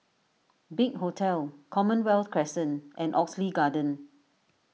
Big Hotel Commonwealth Crescent and Oxley Garden